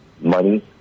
money